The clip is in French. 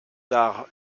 d’art